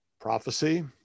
Prophecy